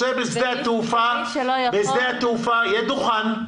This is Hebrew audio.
רוצה שבשדה התעופה יהיה דוכן.